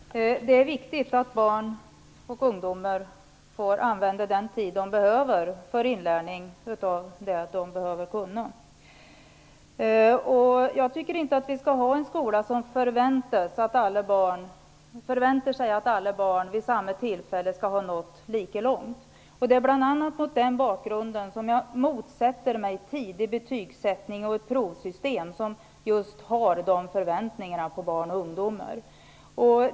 Herr talman! Det är viktigt att barn och ungdomar får använda den tid de behöver för inlärning. Jag tycker inte att vi skall ha en skola där det förväntas att alla barn vid ett visst tillfälle skall ha nått lika långt. Det är bl.a. mot den bakgrunden som jag motsätter mig en tidig betygssättning och ett provsystem som just framkallar dessa förväntningar på barn och ungdomar.